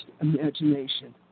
imagination